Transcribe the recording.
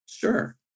Sure